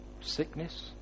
Sickness